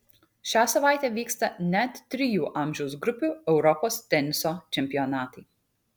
šią savaitę vyksta net trijų amžiaus grupių europos teniso čempionatai